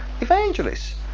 evangelists